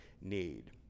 need